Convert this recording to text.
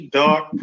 dark